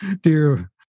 Dear